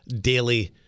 daily